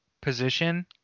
position